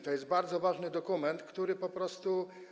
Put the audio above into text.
To jest bardzo ważny dokument, który po prostu.